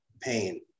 pain